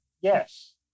Yes